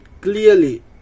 clearly